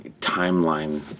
timeline